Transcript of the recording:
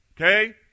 Okay